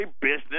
business